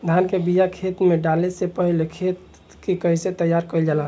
धान के बिया खेत में डाले से पहले खेत के कइसे तैयार कइल जाला?